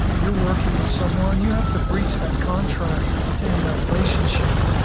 you're working with someone. you have to breach that contract to end that relationship.